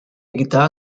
guitar